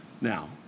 Now